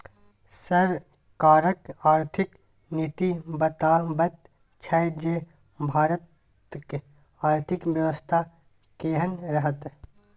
सरकारक आर्थिक नीति बताबैत छै जे भारतक आर्थिक बेबस्था केहन रहत